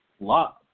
Love